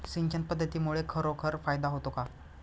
सिंचन पद्धतीमुळे खरोखर फायदा होतो का?